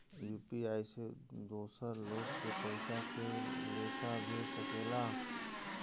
UPI से दोसर लोग के पइसा के लेखा भेज सकेला?